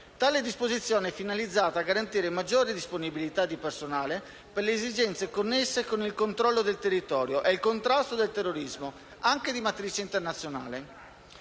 Tale disposizione è finalizzata a garantire maggiore disponibilità di personale per le esigenze connesse con il controllo del territorio e il contrasto del terrorismo, anche di matrice internazionale.